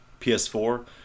PS4